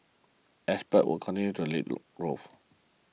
exports will continue to lead growth